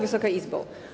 Wysoka Izbo!